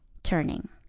turning.